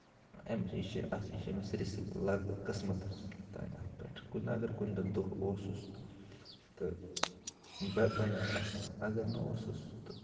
أمِس یہِ چھِ اَتھ یہِ چھِ أمِس رِسِک لَک قٕسمَتَس تام اَتھ پٮ۪ٹھ کُنہِ دۄہ اَگر کُنۍ دۄہ دۄہ اوسُس تہٕ بَنٮ۪س اَصٕل اَگر نہٕ اوسُس تہٕ